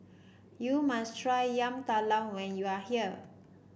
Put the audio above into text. you must try Yam Talam when you are here